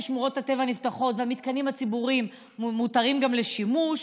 כששמורות הטבע נפתחות והמתקנים הציבוריים מותרים גם לשימוש,